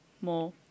more